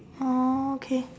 oh okay